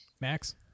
max